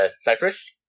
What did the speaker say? Cypress